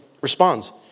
responds